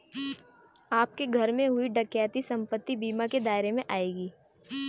आपके घर में हुई डकैती संपत्ति बीमा के दायरे में आएगी